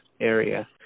area